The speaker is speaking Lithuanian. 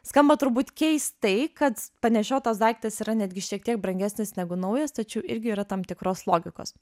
skamba turbūt keistai kad panešiotas daiktas yra netgi šiek tiek brangesnis negu naujas tačiau irgi yra tam tikros logikos